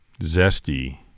zesty